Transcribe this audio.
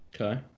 okay